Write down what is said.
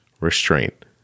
restraint